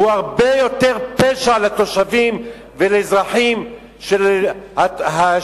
זה הרבה יותר פשע כלפי התושבים והאזרחים של ירושלים,